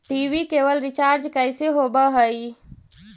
TV cable recharge कैसे होब हइ?